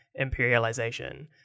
imperialization